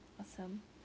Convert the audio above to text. awesome